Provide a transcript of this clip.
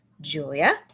julia